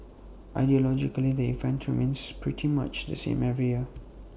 ideologically the event remains pretty much the same every year